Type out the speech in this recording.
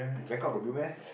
makeup will do meh